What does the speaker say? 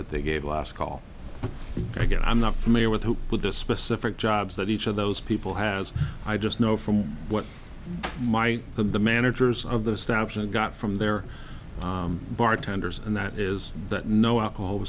that they gave last call again i'm not familiar with who with the specific jobs that each of those people has i just know from what my the managers of the snapshot got from their bartenders and that is that no alcohol